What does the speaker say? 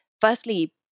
firstly